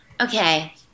Okay